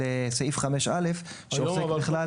של סעיף 5(א) שעוסק בכלל --- היום